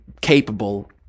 capable